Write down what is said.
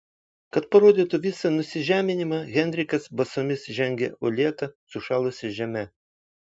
kad parodytų visą nusižeminimą henrikas basomis žengė uolėta sušalusia žeme